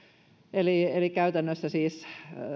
eli eli käytännössä